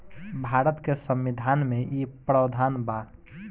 भारत के संविधान में इ प्रावधान बा